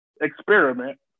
experiment